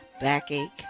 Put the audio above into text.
backache